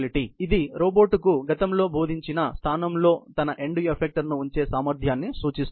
కాబట్టి ఇది రోబోట్కు గతంలో బోధించిన స్థానంలో తన ఎండ్ ఏఫక్టర్ ఉంచే సామర్థ్యాన్ని సూచిస్తుంది